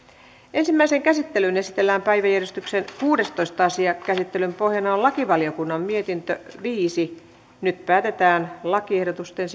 ensimmäiseen käsittelyyn esitellään päiväjärjestyksen kuudestoista asia käsittelyn pohjana on lakivaliokunnan mietintö viisi nyt päätetään lakiehdotusten